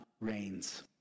reigns